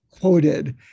quoted